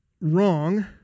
wrong